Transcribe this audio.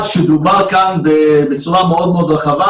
חלק אחד שדובר כאן בצורה מאוד מאוד רחבה,